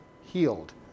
healed